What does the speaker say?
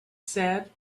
said